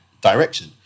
direction